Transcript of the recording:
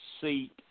seat